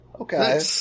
okay